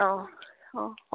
অঁ অঁ